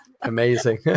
Amazing